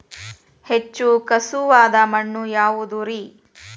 ಹೆಚ್ಚು ಖಸುವಾದ ಮಣ್ಣು ಯಾವುದು ರಿ?